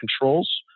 controls